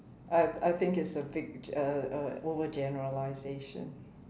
I I think it's a big uh uh overgeneralization